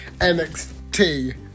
NXT